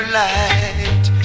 light